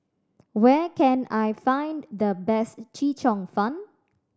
where can I find the best Chee Cheong Fun